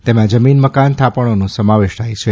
તેમાં જમીન મકાન થાપણોનો સમાવેશ થાથ છે